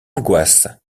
angoisses